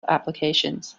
applications